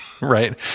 Right